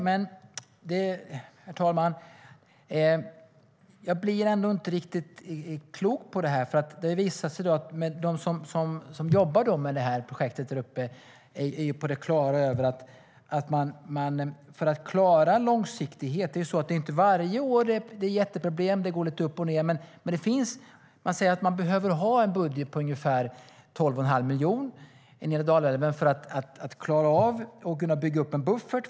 Herr talman! Jag blir ändå inte riktigt klok på det här. De som jobbar med det här projektet där uppe är på det klara med att man behöver en viss budget för att klara en långsiktighet. Det blir ju inte jätteproblem varje år. Det går lite upp och ned, men man säger att man behöver ha en budget på ungefär 12 1⁄2 miljon vid nedre Dalälven för att klara av det och kunna bygga upp en buffert.